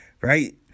right